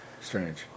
Strange